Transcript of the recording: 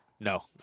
No